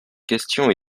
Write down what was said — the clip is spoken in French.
question